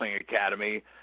Academy